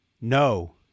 No